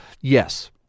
yes